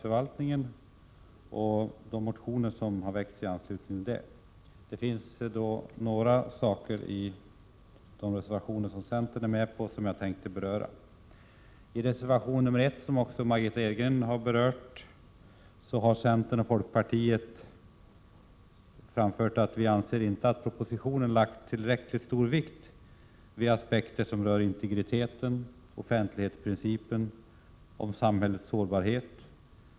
Rune Rydén och Margitta Edgren har på ett bra sätt beskrivit en del av de reservationer som vi har gemensamt, och därför kan jag begränsa mitt inlägg i de delarna. I reservation 1 från centern och folkpartiet, som Margitta Edgren har berört, anför vi att propositionen inte har lagt tillräckligt stor vikt vid sådant som integritetsaspekterna, offentlighetsprincipen och samhällets sårbarhet.